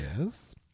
Yes